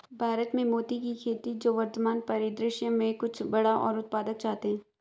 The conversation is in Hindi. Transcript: भारत में मोती की खेती जो वर्तमान परिदृश्य में कुछ बड़ा और उत्पादक चाहते हैं